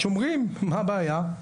שומרים, מה הבעיה?